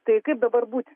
tai kaip dabar būti